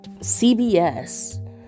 CBS